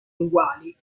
uguali